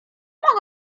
mogą